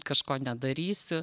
kažko nedarysiu